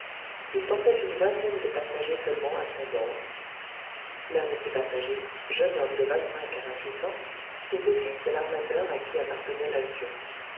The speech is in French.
il portait une vingtaine de passagers seulement à son bord l'un de ces passagers jeune homme de vingt-cinq à vingt-huit ans était fils de l'armateur à qui appartenait l'alcyon